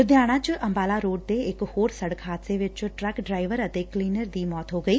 ਲੁਧਿਆਣਾ ਚ ਅੰਬਾਲਾ ਰੋੜ ਤੇ ਇਕ ਹੋਰ ਸੜਕ ਹਾਦਸੇ ਚ ਟਰੱਕ ਡਰਾਇਵਰ ਅਤੇ ਕਲੀਨਰ ਦੀ ਮੌਤ ਹੋ ਗਈ